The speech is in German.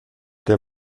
der